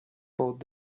both